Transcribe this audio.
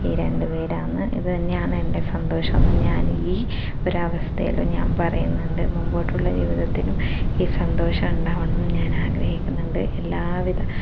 ഈ രണ്ടു പേരാണ് ഇതു തന്നെയാണ് എൻ്റെ സന്തോഷം എന്ന് ഞാൻ ഈ ഒരു അവസ്ഥയിലും ഞാൻ പറയുന്നുണ്ട് മുമ്പോട്ടുള്ള ജീവിതത്തിലും ഈ സന്തോഷം ഉണ്ടാവണം എന്ന് ഞാൻ ആഗ്രഹിക്കുന്നുണ്ട് എല്ലാവിധ